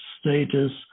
status